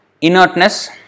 inertness